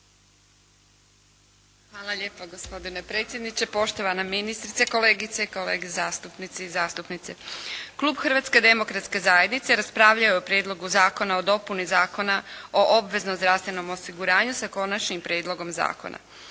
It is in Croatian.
Hvala lijepa gospodine predsjedniče, poštovana ministrice, kolegice i kolege zastupnici i zastupnice. Klub Hrvatske demokratske zajednice raspravljao je o Prijedlogu zakona o dopuni Zakona o obveznom zdravstvenom osiguranju sa Konačnim prijedlogom zakona.